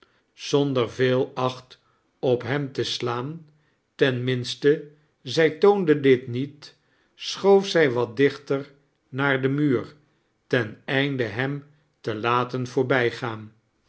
zonder veel acht op hem te sla'in ten minste zij toonde dit niet sch oof zij wat dichtter naar den muur ten eindc liem te laten voorbijgaan